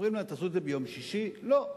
אומרים להם: תעשו את זה ביום שישי, לא,